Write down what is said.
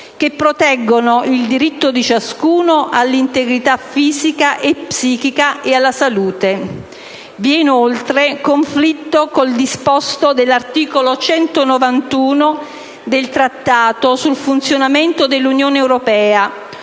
che proteggono il diritto di ciascuno all'integrità fisica e psichica ed alla salute. Vi è, inoltre, conflitto con il disposto dell'articolo 191 del Trattato sul funzionamento dell'Unione europea,